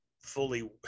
fully